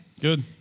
Good